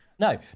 No